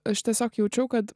aš tiesiog jaučiau kad